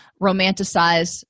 romanticize